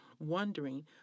wondering